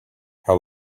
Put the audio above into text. how